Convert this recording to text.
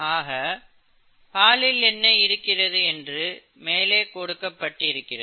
ஆக பாலில் என்ன இருக்கிறது என்று மேலே கொடுக்கப் பட்டிருக்கிறது